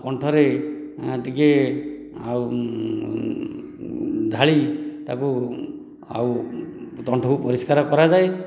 କଣ୍ଠରେ ଟିକେ ଆଉ ଢାଳି ତାକୁ ଆଉକଣ୍ଠକୁ ପରିସ୍କାର କରାଯାଏ